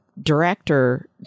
director